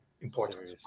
important